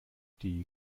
die